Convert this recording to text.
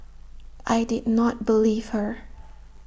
I did not believe her